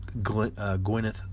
Gwyneth